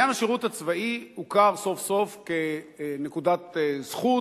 עניין השירות הצבאי הוכר סוף-סוף כנקודת זכות,